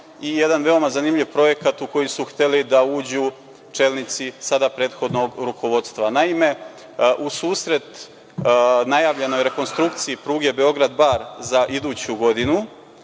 i jedan veoma zanimljiv projekat u koji su hteli da uđu čelnici sada prethodno rukovodstva. Naime, u susret najavljenoj rekonstrukciji pruge Beograd – Bar za iduću godinu,